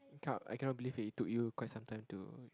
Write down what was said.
I can't I cannot believe it it took you quite some time to